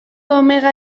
omega